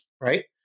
right